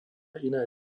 iné